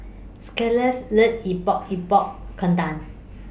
Scarlett loves Epok Epok Kentang